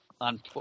on –